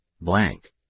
Blank